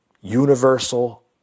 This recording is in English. universal